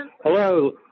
Hello